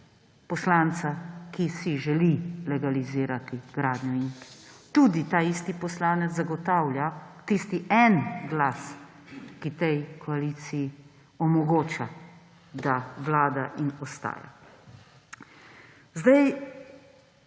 poslanca, ki si želi legalizirati gradnjo; in tudi taisti poslanec zagotavlja tisti en glas, ki tej koaliciji omogoča, da vlada in ostaja. Mi